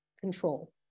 control